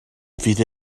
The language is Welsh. fydd